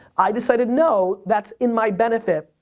i decided no, that's in my benefit,